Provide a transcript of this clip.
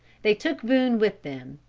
they took boone with them.